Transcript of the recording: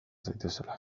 daitezela